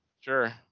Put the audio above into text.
Sure